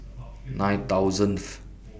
nine thousandth